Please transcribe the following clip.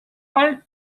bei